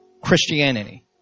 Christianity